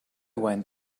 went